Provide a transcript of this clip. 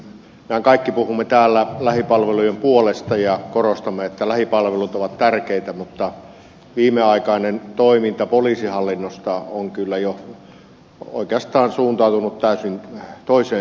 mehän kaikki puhumme täällä lähipalvelujen puolesta ja korostamme että lähipalvelut ovat tärkeitä mutta viimeaikainen toiminta poliisihallinnossa on kyllä jo oikeastaan suuntautunut täysin toiseen suuntaan